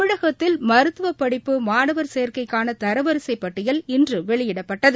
தமிழகத்தில் மருத்துவபடிப்பு மாணவர் சேர்க்கைக்கானதரவரிசைப் பட்டியல் இன்றுவெளியிடப்பட்டது